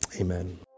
Amen